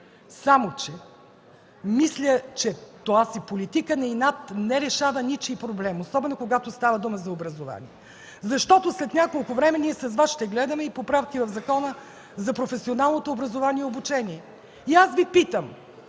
Само че мисля, че тази политика на инат не решава ничии проблеми, особено когато става дума за образование. Защото след няколко време ние с Вас ще гледаме и поправки в Закона за професионалното образование и обучение. Аз Ви питам: